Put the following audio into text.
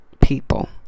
people